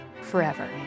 forever